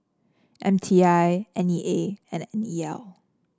M T I N E A and N E L